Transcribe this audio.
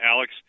Alex